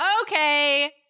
Okay